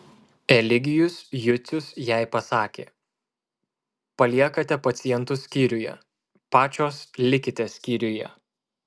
eligijus jucius jai pasakė paliekate pacientus skyriuje pačios likite skyriuje